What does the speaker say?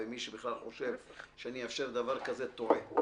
אם מישהו חושב שאני בכלל אאפשר דבר כזה אז הוא טועה.